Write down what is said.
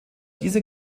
diese